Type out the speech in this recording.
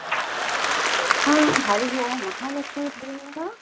हा हरिः ओं महालक्ष्मीभगिनी वा